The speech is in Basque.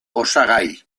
osagai